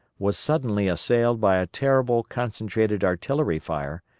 was suddenly assailed by a terrible concentrated artillery fire,